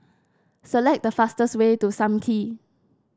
select the fastest way to Sam Kee